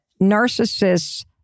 narcissists